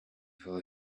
feel